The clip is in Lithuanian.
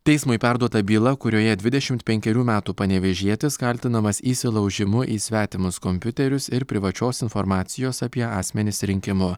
teismui perduota byla kurioje dvidešimt penkerių metų panevėžietis kaltinamas įsilaužimu į svetimus kompiuterius ir privačios informacijos apie asmenis rinkimu